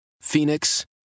Phoenix